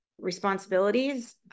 responsibilities